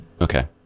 Okay